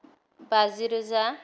बाजि रोजा